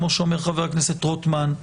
כמו שאומר חבר הכנסת רוטמן,